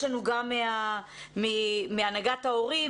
יש לנו גם מהנהגת ההורים,